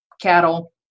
cattle